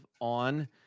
on